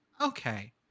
okay